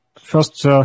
first